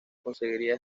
conseguiría